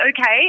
okay